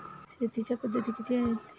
शेतीच्या पद्धती किती आहेत?